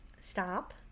Stop